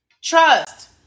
trust